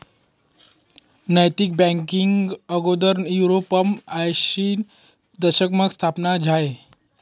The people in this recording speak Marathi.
नैतिक बँकींग आगोदर युरोपमा आयशीना दशकमा स्थापन झायं